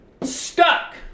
Stuck